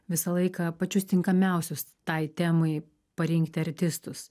visą laiką pačius tinkamiausius tai temai parinkti artistus